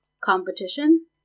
competition